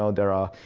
so there are